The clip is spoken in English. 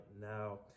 now